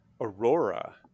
Aurora